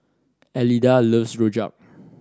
Elida loves Rojak